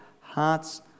hearts